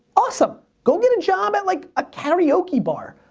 awesome, go get a job at like a karaoke bar.